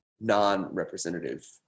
non-representative